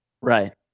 right